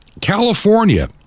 California